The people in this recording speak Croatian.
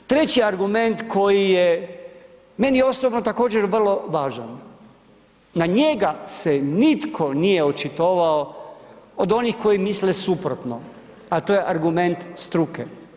Treći argument koji je meni osobno također vrlo važan, na njega se nitko nije očitovao od onih koji misle suprotno a to je argument struke.